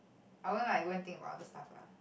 I won't like go and think about other staff lah